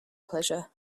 pleasure